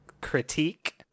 critique